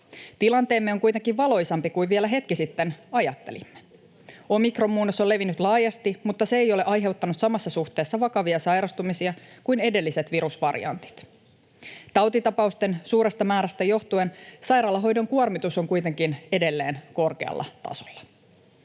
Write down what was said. Tilanteemme on kuitenkin valoisampi kuin vielä hetki sitten ajattelimme. Omikronmuunnos on levinnyt laajasti, mutta se ei ole aiheuttanut samassa suhteessa vakavia sairastumisia kuin edelliset virusvariantit. Tautitapausten suuresta määrästä johtuen sairaalahoidon kuormitus on kuitenkin edelleen korkealla tasolla.